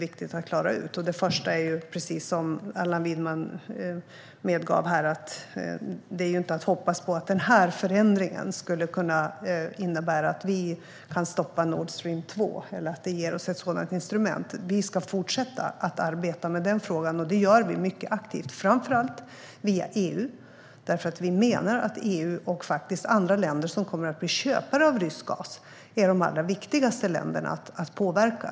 Den första är att vi inte kan hoppas på att denna förändring innebär att vi kan stoppa Nord Stream 2, vilket Allan Widman också medgav. Det ger oss heller inget sådant instrument. Vi ska fortsätta att arbeta med frågan, och det gör vi också mycket aktivt, framför allt via EU. För vi menar att EU och andra länder som kommer att bli köpare av rysk gas är de som är viktigast att påverka.